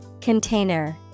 Container